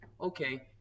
okay